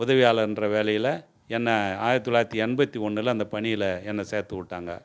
உதவியாளர்ன்ற வேலையில என்னை ஆயிரத்தி தொள்ளாயிரத்தி எண்பத்தி ஒன்னில் அந்த பணியில் என்னை சேர்த்துவிட்டாங்க